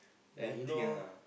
anything ah